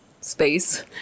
space